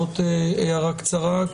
הערה קצרה,